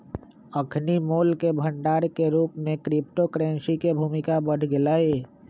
अखनि मोल के भंडार के रूप में क्रिप्टो करेंसी के भूमिका बढ़ गेलइ